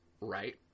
right